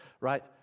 Right